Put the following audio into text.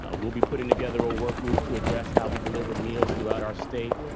ah we'll be putting together a work group to address how we deliver meals throughout our state.